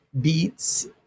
beats